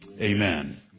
Amen